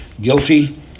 guilty